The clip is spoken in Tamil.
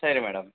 சரி மேடம்